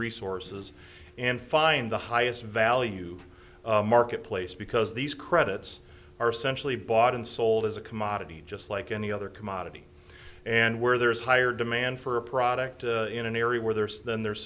resources and find the highest value marketplace because these credits are essentially bought and sold as a commodity just like any other commodity and where there is higher demand for a product in an area where there's then the